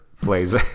plays